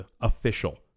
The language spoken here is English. official